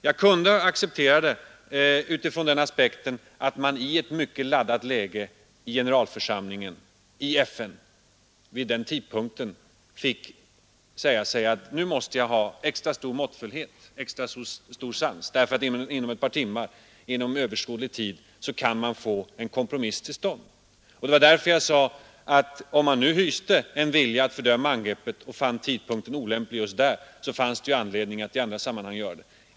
Jag kunde acceptera det utifrån den aspekten att man vid den tidpunkten i ett mycket laddat läge i generalförsamlingen i FN måste säga sig att nu måste vi iaktta extra stor måttfullhet och extra stor sans därför att en kompromisslösning kunde komma inom ett par timmar. Det var därför jag sade att om man nu hyste en vilja att fördöma angreppet och fann tillfället olämpligt just i generalförsamlingen, så fanns det möjlighet att i andra sammanhang göra det.